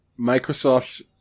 Microsoft